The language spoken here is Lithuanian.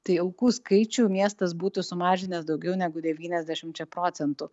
tai aukų skaičių miestas būtų sumažinęs daugiau negu devyniasdešimčia procentų